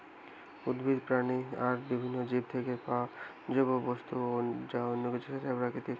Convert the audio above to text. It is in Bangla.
উদ্ভিদ, প্রাণী আর বিভিন্ন জীব থিকে পায়া জৈব বস্তু বা অন্য যা কিছু সেটাই প্রাকৃতিক